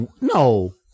No